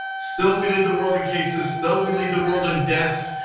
still we lead the world in cases, still we lead the world in deaths.